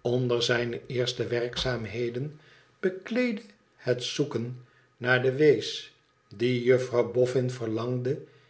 onder zijne eerste werkzaamheden bekleedde het zoeken naar den wees dien juffrouw boffin verlangde